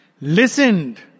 Listened